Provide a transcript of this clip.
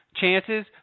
chances